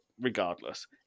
regardless